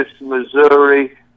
Missouri